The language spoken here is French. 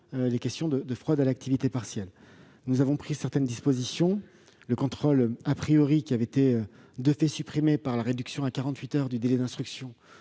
les questions de fraude à l'activité partielle. Nous avons pris certaines dispositions. Le contrôle qui avait été, de fait, supprimé par la réduction à quarante-huit heures du délai d'instruction,